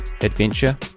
adventure